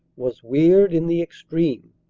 was weird in the extreme.